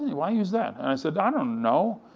why use that? and i said, i don't know,